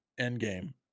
Endgame